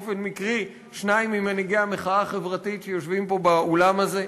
באופן מקרי שניים ממנהיגי המחאה החברתית יושבים פה באולם הזה,